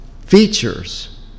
features